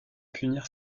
punir